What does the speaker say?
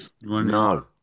No